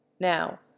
Now